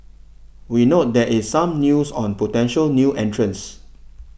we note that is some news on potential new entrants